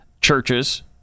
churches